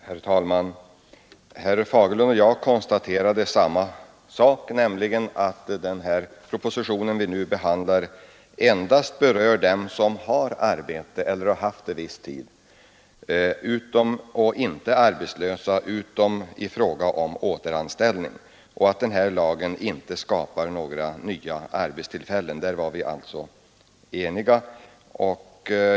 Herr talman! Herr Fagerlund och jag konstaterade samma sak, nämligen att den proposition vi nu behandlar endast berör dem som har arbete eller har haft det viss tid och inte är arbetslösa, utom i fråga om återanställning, och att lagen inte skapar några nya arbetstillfällen. Om detta är vi alltså eniga.